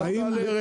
אל תעלה.